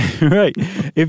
Right